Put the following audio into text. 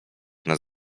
nas